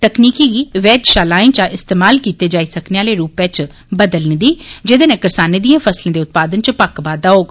तकनीकी गी वैघशालाएं चां इस्तेमाल कीते जाई सकने आले रूपै च बदलने दी जेहृदे नै करसानें दिएं फसलें दे उत्पादन च पक्क बाद्वा होग